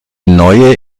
neue